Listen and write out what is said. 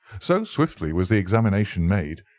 so swiftly was the examination made,